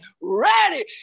ready